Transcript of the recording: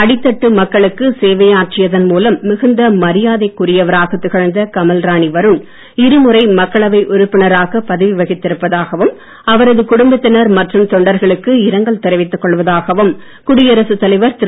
அடித்தட்டு மக்களுக்கு சேவையாற்றியதன் மூலம் மிகுந்த மரியாதைக்குரியவராக திகழ்ந்த கமல்ராணி வருண் இருமுறை மக்களவை உறுப்பினராகவும் பதவி வகித்து இருப்பதாகவும் அவரது குடும்பத்தினர் மற்றும் தொண்டர்களுக்கு இரங்கல் தெரிவித்துக் கொள்வதாகவும் குடியரசுத் தலைவர் திரு